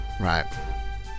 Right